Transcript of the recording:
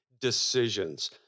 decisions